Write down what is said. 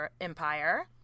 Empire